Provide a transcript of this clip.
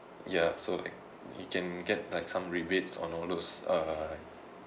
ya so like you can get like some rebates on all those uh